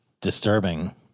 disturbing